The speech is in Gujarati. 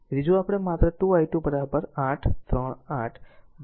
તેથી જો આપણે માત્ર 2 i2 8 3 8 by 3 i